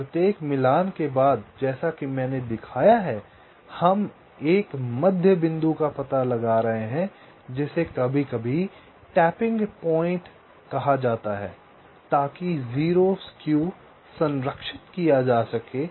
और प्रत्येक मिलान के बाद जैसा कि मैंने दिखाया है हम एक मध्य बिंदु का पता लगा रहे हैं जिसे कभी कभी टैपिंग पॉइंट कहा जाता है ताकि 0 स्क्यू संरक्षित किया जा सके